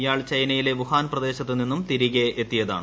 ഇയാൾ ചൈനയിലെ വുഹാൻ പ്രദേശത്ത് നിന്നും തിരികെ എത്തിയതാണ്